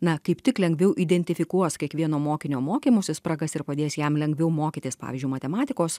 na kaip tik lengviau identifikuos kiekvieno mokinio mokymosi spragas ir padės jam lengviau mokytis pavyzdžiui matematikos